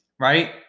right